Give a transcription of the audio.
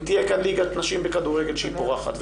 אם תהיה כאן ליגת נשים בכדורגל שהיא פורחת,